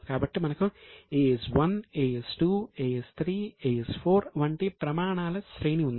కాబట్టి మనకు AS1 AS2 AS3 AS4 వంటి ప్రమాణాల శ్రేణి ఉంది